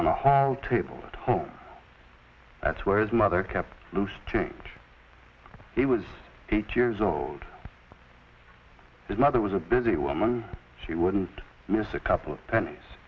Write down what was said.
hall table at home that's where his mother kept loose change he was eight years old is another was a busy woman she wouldn't miss a couple of pennies